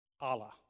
Allah